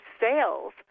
sales